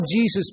Jesus